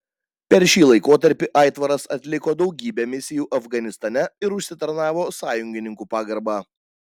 per šį laikotarpį aitvaras atliko daugybę misijų afganistane ir užsitarnavo sąjungininkų pagarbą